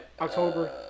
October